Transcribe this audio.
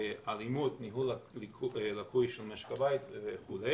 אלימות, ניהול לקוי של משק הבית וכו'.